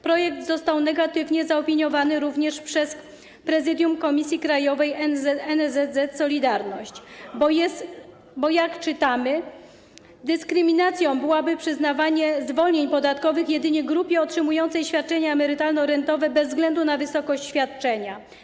Projekt został negatywnie zaopiniowany również przez prezydium Komisji Krajowej NSZZ „Solidarność”, bo jak napisano, dyskryminacją byłoby przyznawanie zwolnień podatkowych jedynie grupie otrzymującej świadczenia emerytalno-rentowe bez względu na wysokość świadczenia.